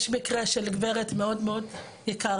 יש מקרה של גברת מאוד מאוד יקרה,